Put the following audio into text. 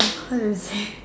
how do you say